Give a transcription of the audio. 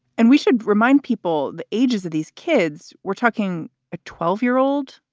and we should remind people the ages of these kids, we're talking a twelve year old,